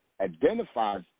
identifies